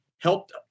helped